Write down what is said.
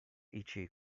ichi